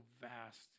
vast